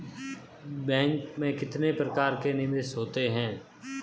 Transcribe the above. Bank में कितने प्रकार के निवेश होते हैं?